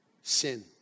sin